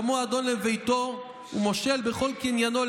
שמו אדון לביתו ומֹשל בכל קניָנו.